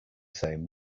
same